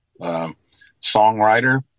songwriter